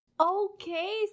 Okay